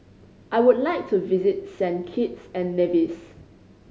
I would like to visit Saint Kitts and Nevis